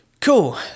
Cool